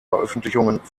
veröffentlichungen